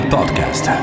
Podcast